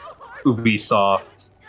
Ubisoft